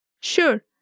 Sure